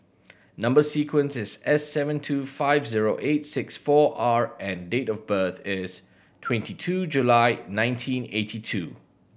number sequence is S seven two five zero eight six four R and date of birth is twenty two July nineteen eighty two